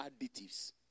additives